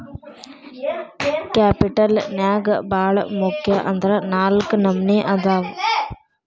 capital ನ್ಯಾಗ್ ಭಾಳ್ ಮುಖ್ಯ ಅಂದ್ರ ನಾಲ್ಕ್ ನಮ್ನಿ ಅದಾವ್